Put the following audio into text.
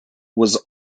was